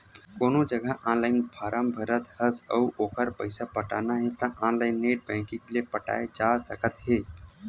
कोनो जघा ऑनलाइन फारम भरत हस अउ ओखर पइसा पटाना हे त ऑनलाइन नेट बैंकिंग ले पटाए जा सकत हे